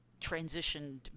transitioned